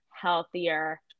healthier